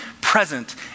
present